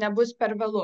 nebus per vėlu